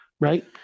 Right